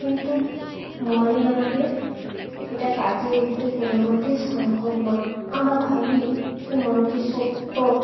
কিন্তু মনে আমাদের এটা কাটিয়ে উঠতে কোনো মতেই সম্ভব নয় আমরা ভাবি যে মনকে শক্ত